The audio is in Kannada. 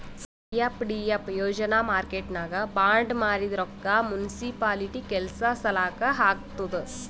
ಪಿ.ಎಫ್.ಡಿ.ಎಫ್ ಯೋಜನಾ ಮಾರ್ಕೆಟ್ನಾಗ್ ಬಾಂಡ್ ಮಾರಿದ್ ರೊಕ್ಕಾ ಮುನ್ಸಿಪಾಲಿಟಿ ಕೆಲ್ಸಾ ಸಲಾಕ್ ಹಾಕ್ತುದ್